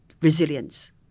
resilience